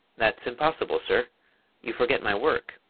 that's impossible, sir you forget my work!